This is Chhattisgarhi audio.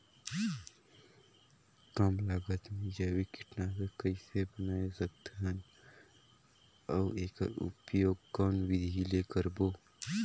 कम लागत मे जैविक कीटनाशक कइसे बनाय सकत हन अउ एकर उपयोग कौन विधि ले करबो?